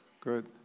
Good